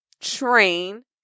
train